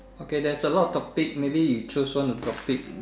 okay there's a lot of topic maybe you choose one of the topic